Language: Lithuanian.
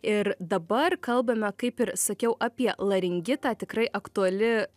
ir dabar kalbame kaip ir sakiau apie laringitą tikrai aktuali